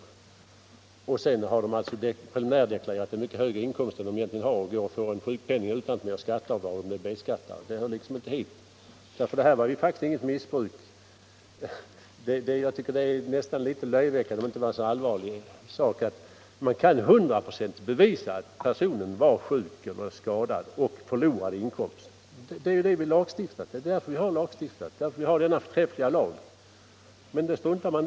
Jag nämnde också det missbruk som består i att människor preliminärdeklarerar mycket högre inkomster än de har. När de blir sjuka får de då en högre sjukpenning än de är berättigade till och — om de betalar B-skatt — utan att behöva betala preliminär skatt. I det här fallet förekom det inget missbruk. Om det inte gällde en så allvarlig sak, skulle jag tycka att det här är litet löjeväckande. Det kunde i detta fall hundraprocentigt bevisas att personen i fråga var sjuk —- han hade skadats vid en olycka — och gick miste om sin inkomst. Det är för sådana fall vi har denna förträffliga lag. Men det struntar man i.